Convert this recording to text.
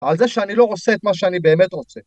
על זה שאני לא עושה את מה שאני באמת רוצה.